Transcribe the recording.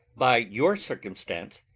by your circumstance,